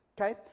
Okay